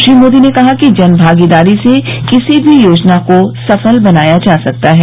श्री मोदी ने कहा कि जनभागीदारी से किसी भी योजना को सफल बनाया जा सकता है